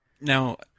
Now